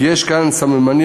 כי יש כאן סממנים,